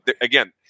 again